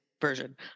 version